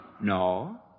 No